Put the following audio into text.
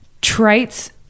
traits